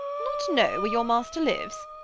not know where your master lives!